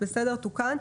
תוקן.